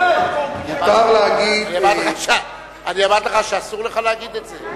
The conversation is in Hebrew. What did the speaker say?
אני אמרתי לך שאסור לך להגיד את זה?